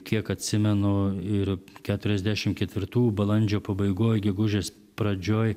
kiek atsimenu ir keturiasdešimt ketvirtų balandžio pabaigoj gegužės pradžioj